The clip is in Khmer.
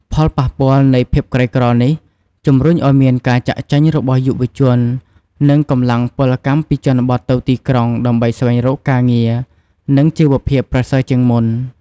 ផលប៉ះពាល់នៃភាពក្រីក្រនេះ ជំរុញឱ្យមាន ការចាកចេញរបស់យុវជន និងកម្លាំងពលកម្មពីជនបទទៅទីក្រុង ដើម្បីស្វែងរកការងារ និងជីវភាពប្រសើរជាងមុន។